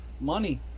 Money